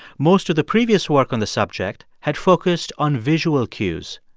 most of the previous work on the subject had focused on visual cues.